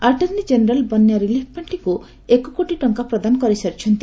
attorney general ବନ୍ୟା relief ପାର୍ଷିକୁ ଏକ କୋଟି ଟଙ୍କା ପ୍ରଦାନ କରି ସାରିଛନ୍ତି